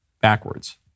backwards